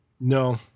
No